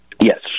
yes